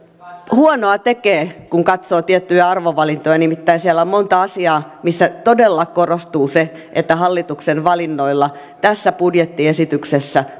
huonoa tekee kun katsoo tiettyjä arvovalintoja nimittäin siellä on monta asiaa missä todella korostuu se että hallituksen valinnoilla tässä budjettiesityksessä